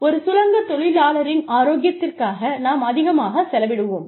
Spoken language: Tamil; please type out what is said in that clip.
எனவே ஒரு சுரங்கத் தொழிலாளரின் ஆரோக்கியத்திற்காக நாம் அதிகமாக செலவிடுவோம்